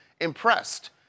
impressed